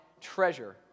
treasure